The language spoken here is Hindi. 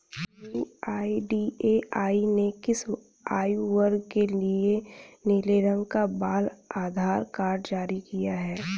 यू.आई.डी.ए.आई ने किस आयु वर्ग के लिए नीले रंग का बाल आधार कार्ड जारी किया है?